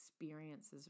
experiences